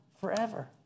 forever